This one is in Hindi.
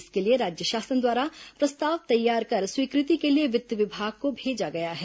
इसके लिए राज्य शासन द्वारा प्रस्ताव तैयार कर स्वीकृति के लिए वित्त विभाग को भेजा गया है